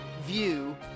view